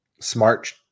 Smart